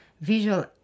visual